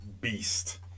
beast